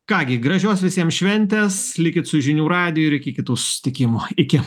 ką gi gražios visiems šventės likit su žinių radiju ir iki kitų susitikimų iki